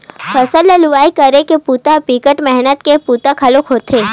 फसल ल लुवई करे के बूता ह बिकट मेहनत के बूता घलोक होथे